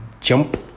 jump